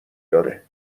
داره